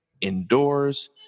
indoors